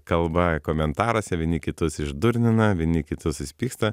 kalba komentaruose vieni kitus iš durnina vieni kitus susipyksta